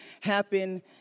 happen